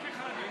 רק אחד יכול.